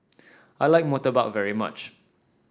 I like murtabak very much